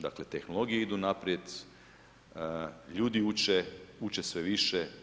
Dakle, tehnologije idu naprijed, ljudi uče, uče sve više.